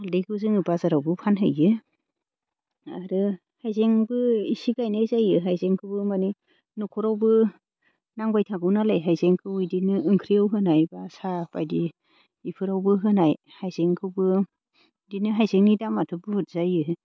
हालदैखौ जोङो बाजारावबो फानहैयो आरो हाइजेंबो एसे गायनाय जायो हाइजेंखौबो माने न'खरावबो नांबाय थागौ नालाय हाइजेंखौ इदिनो ओंख्रियाव होनाय बा साहा बायदि बेफोरावबो होनाय हाइजेंखौबो इदिनो हाइजेंनि दामाथ' बुहुथ जायो